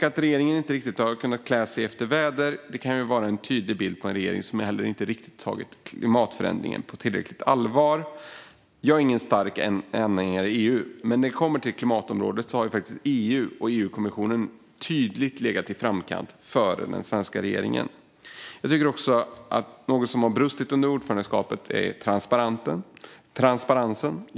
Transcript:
Att regeringen inte riktigt har kunnat klä sig efter väder kan vara en tydlig bild på en regering som heller inte riktigt tagit klimatförändringen på tillräckligt allvar. Jag är ingen stark anhängare av EU. Men när det kommer till klimatområdet har EU och EU-kommissionen tydligt legat i framkant och före den svenska regeringen. Något som har brustit under ordförandeskapet är transparensen.